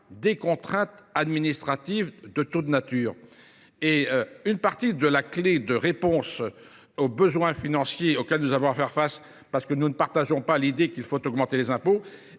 des contraintes administratives de taux de nature. Et une partie de la clé de réponse aux besoins financiers auxquels nous avons à faire face, parce que nous ne partageons pas l'idée qu'il faut augmenter les impôts,